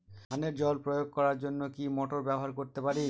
ধানে জল প্রয়োগ করার জন্য কি মোটর ব্যবহার করতে পারি?